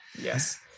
Yes